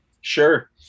Sure